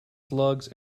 slugs